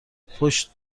پشت